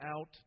out